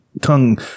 tongue